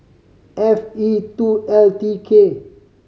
F E two L T K